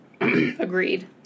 Agreed